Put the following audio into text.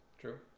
true